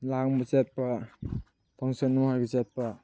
ꯂꯥꯡꯕ ꯆꯠꯄ ꯐꯪꯁꯟ ꯆꯠꯄ